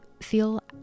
Feel